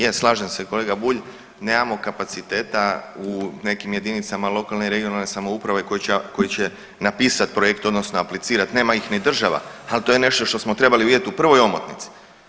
Je slažem se kolega Bulj, nemamo kapaciteta u nekim jedinicama lokalne i regionalne samouprave koji će napisat projekt odnosno aplicirat, nema ih ni država, ali to je nešto što smo trebali vidjeti u prvoj omotnici.